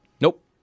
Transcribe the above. Nope